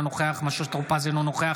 אינו נוכח